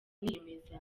niyemeza